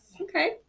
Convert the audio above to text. Okay